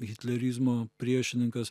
hitlerizmo priešininkas